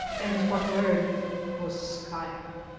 and his popularity was sky-high.